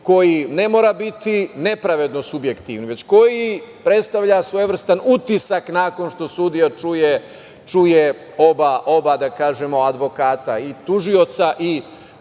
koji ne mora biti nepravedno subjektivni, već koji predstavlja svojevrsni utisak nakon što sudija čuje oba advokata, i tužioca i